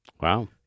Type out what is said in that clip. Wow